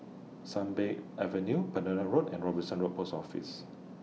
Sunbird Avenue Pereira Road and Robinson Road Post Office